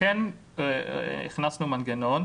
הכנסנו מנגנון,